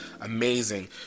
amazing